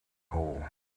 hole